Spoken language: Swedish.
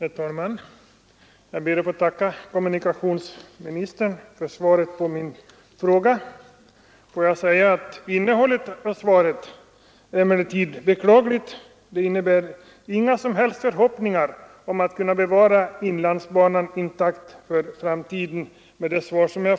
Herr talman! Jag ber att få tacka kommunikationsministern för svaret på min fråga. Innehållet i svaret är emellertid beklagligt. Det ger inga som helst förhoppningar om att man skall kunna bevara inlandsbanan intakt för framtiden.